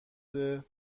ثبت